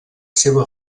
seva